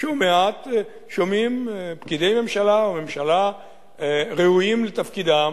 ששומעים פקידים בממשלה ראויים לתפקידם